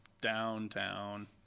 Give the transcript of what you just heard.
Downtown